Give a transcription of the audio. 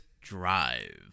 Drive